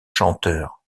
chanteur